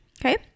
Okay